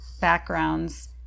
backgrounds